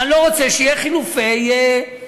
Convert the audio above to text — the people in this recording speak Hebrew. אני לא רוצה חילופי מהלומות.